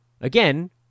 again